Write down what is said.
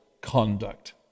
conduct